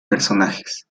personajes